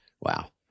Wow